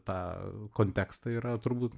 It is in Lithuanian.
tą kontekstą yra turbūt